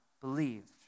believed